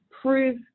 prove